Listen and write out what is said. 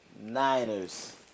Niners